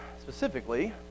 specifically